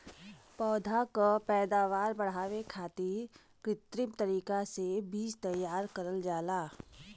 पौधा क पैदावार बढ़ावे खातिर कृत्रिम तरीका से बीज तैयार करल जाला